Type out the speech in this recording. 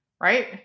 right